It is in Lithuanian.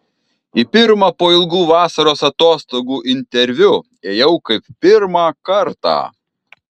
į pirmą po ilgų vasaros atostogų interviu ėjau kaip pirmą kartą